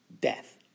death